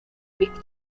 big